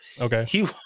okay